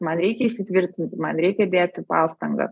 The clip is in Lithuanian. man reikia įsitvirtinti man reikia dėti pastangą